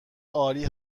عالی